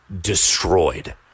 destroyed